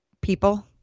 people –